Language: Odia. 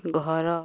ଘର